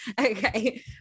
Okay